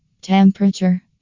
Temperature